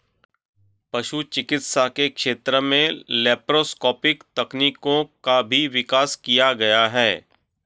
पशु चिकित्सा के क्षेत्र में लैप्रोस्कोपिक तकनीकों का भी विकास किया गया है